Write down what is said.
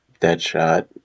Deadshot